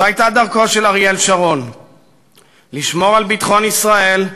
זאת הייתה דרכו של אריאל שרון לשמור על ביטחון ישראל,